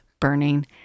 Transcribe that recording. burning